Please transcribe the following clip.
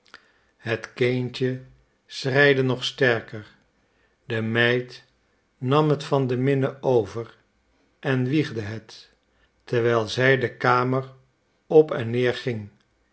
het kindje schreide nog sterker de meid nam het van de minne over en wiegde het terwijl zij de kamer op en neer ging